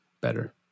better